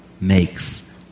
makes